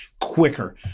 quicker